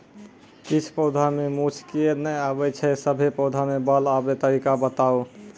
किछ पौधा मे मूँछ किये नै आबै छै, सभे पौधा मे बाल आबे तरीका बताऊ?